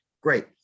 great